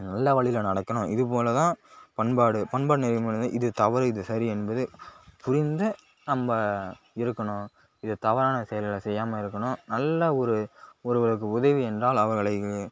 நல்ல வழியில் நடக்கணும் இது போல் தான் பண்பாடு பண்பாடு நெறிமுறைகள் வந்து இது தவறு இது சரி என்பது புரிந்து நம்ம இருக்கணும் இதை தவறான செயல்களை செய்யாமல் இருக்கணும் நல்ல ஒரு ஒருவருக்கு உதவி என்றால் அவர்களை